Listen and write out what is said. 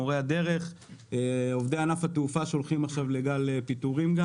מורי הדרך ועובדי ענף התעופה שהולכים עכשיו לגל פיטורים.